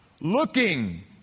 looking